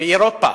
באירופה.